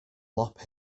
lop